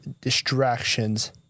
distractions